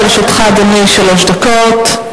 לרשותך, אדוני, שלוש דקות.